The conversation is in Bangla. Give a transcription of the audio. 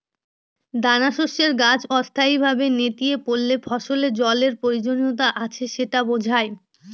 দানাশস্যের গাছ অস্থায়ীভাবে নেতিয়ে পড়লে ফসলের জলের প্রয়োজনীয়তা আছে সেটা বোঝায়